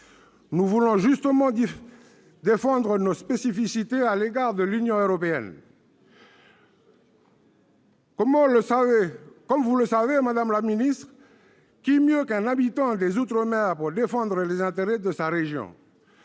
notre diversité et défendre nos spécificités à l'égard de l'Union européenne. Madame la ministre, qui mieux qu'un habitant des outre-mer pour défendre les intérêts de sa région ?